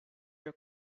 your